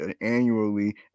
annually